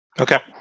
Okay